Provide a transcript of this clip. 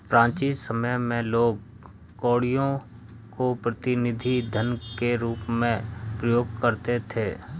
प्राचीन समय में लोग कौड़ियों को प्रतिनिधि धन के रूप में प्रयोग करते थे